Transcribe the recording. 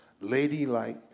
ladylike